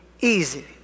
easy